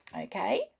okay